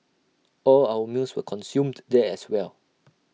all our meals were consumed there as well